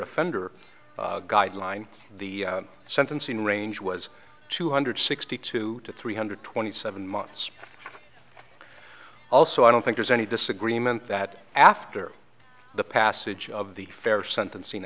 offender guideline the sentencing range was two hundred sixty two to three hundred twenty seven months also i don't think there's any disagreement that after the passage of the fair sentencing